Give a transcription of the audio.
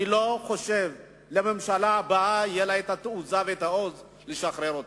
אני לא חושב שהממשלה הבאה יהיו לה התעוזה והעוז לשחרר אותו.